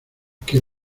que